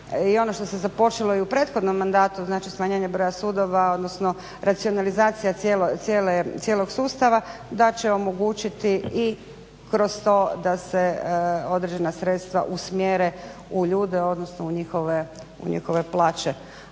i ono što se započelo i u prethodnom mandatu, znači smanjenje broja sudova odnosno racionalizacija cijelog sustava da će omogućiti i kroz to da se određena sredstva usmjere u ljude odnosno u njihove plaće.